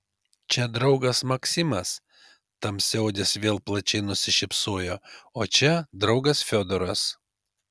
čia draugas maksimas tamsiaodis vėl plačiai nusišypsojo o čia draugas fiodoras